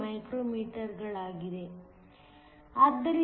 49 ಮೈಕ್ರೋಮೀಟರ್ಗಳು